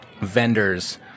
vendors